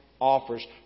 offers